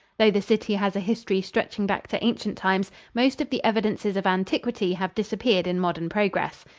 though the city has a history stretching back to ancient times, most of the evidences of antiquity have disappeared in modern progress.